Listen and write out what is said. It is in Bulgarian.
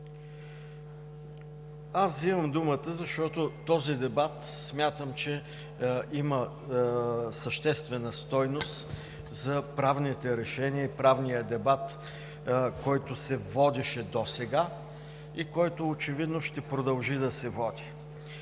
Аз вземам думата, защото този дебат смятам, че има съществена стойност за правните решения и правния дебат, който се водеше досега и който очевидно ще продължи да се води.